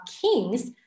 kings